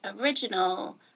original